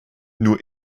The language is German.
nur